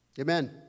Amen